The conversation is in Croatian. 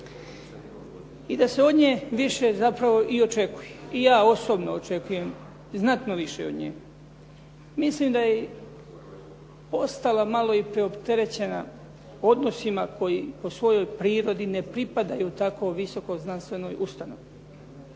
i da se od nje više zapravo i očekuje. I ja osobno očekujem znatno više od nje. Mislim da je i postala malo i preopterećena odnosima koji po svojoj prirodi ne pripadaju tako visoko znanstvenoj ustanovi,